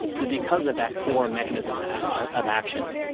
is because of that core mechanism of action.